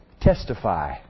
testify